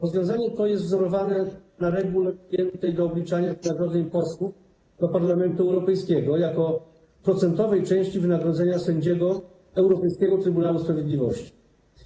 Rozwiązanie to jest wzorowane na regule przyjętej do obliczania wynagrodzeń posłów do Parlamentu Europejskiego jako procentowej części wynagrodzenia sędziego Europejskiego Trybunału Sprawiedliwości.